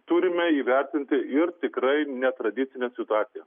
turime įvertinti ir tikrai netradicinę situaciją